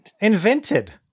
invented